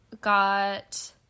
got